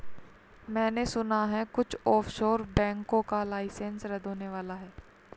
मैने सुना है कुछ ऑफशोर बैंकों का लाइसेंस रद्द होने वाला है